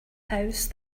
house